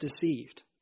deceived